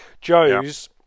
Joe's